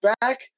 back